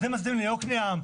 זה מתאים ליקנעם?